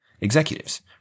executives